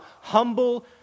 humble